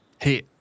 Hey